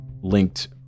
linked